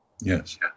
Yes